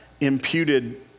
imputed